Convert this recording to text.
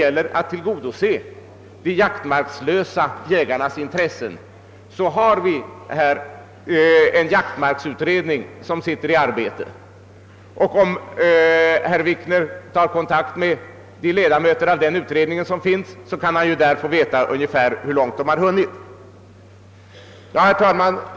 För att tillgodose de jaktmarklösa jägarnas intressen arbetar för närvarande en jaktmarksutredning. Om herr Wikner tar kontakt med någon av ledamöterna i denna utredning kan han få veta hur långt den har hunnit i sitt arbete. Herr talman!